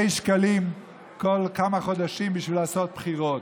שקלים בכל כמה חודשים בשביל לעשות בחירות.